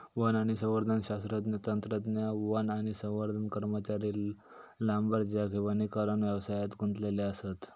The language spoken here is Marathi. वन आणि संवर्धन शास्त्रज्ञ, तंत्रज्ञ, वन आणि संवर्धन कर्मचारी, लांबरजॅक हे वनीकरण व्यवसायात गुंतलेले असत